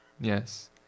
Yes